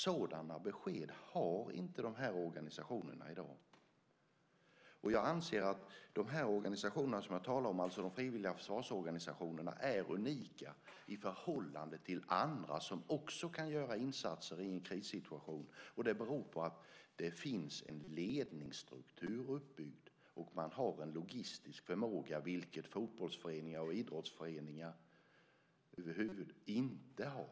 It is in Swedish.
Sådana besked har inte de här organisationerna i dag. Jag anser att de organisationer som jag talar om, de frivilliga försvarsorganisationerna, är unika i förhållande till andra som också kan göra insatser i en krissituation. Det beror på att det finns en ledningsstruktur uppbyggd, och man har en logistisk förmåga, vilket fotbollsföreningar och idrottsföreningar inte har.